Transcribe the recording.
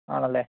ആണല്ലേ